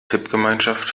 tippgemeinschaft